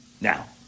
Now